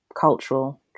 Cultural